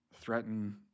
threaten